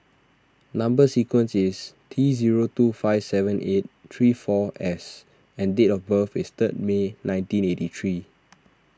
Number Sequence is T zero two five seven eight three four S and date of birth is third May nineteen eighty three